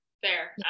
fair